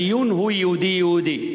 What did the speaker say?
הדיון הוא יהודי יהודי,